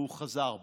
והוא חזר בו.